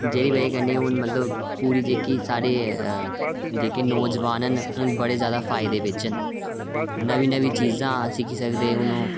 जेह्दी वजह् कन्नै मतलब पूरी जेहकी साढ़े जेह्के नौजोआन न हून बड़े जैदा फायदे बिच न नमीं नमीं चीजां सिक्खी सकदे हून ओह्